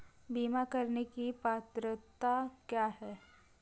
बीमा करने की पात्रता क्या है?